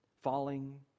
falling